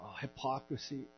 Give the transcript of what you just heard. hypocrisy